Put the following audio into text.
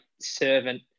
servant